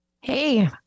hey